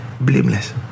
blameless